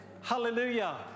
Hallelujah